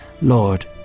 Lord